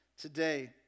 today